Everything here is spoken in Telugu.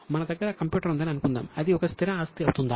మన దగ్గర కంప్యూటర్ ఉందని అనుకుందాం అది ఒక స్థిర ఆస్తి అవుతుందా